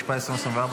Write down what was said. התשפ"ה 2024,